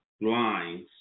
lines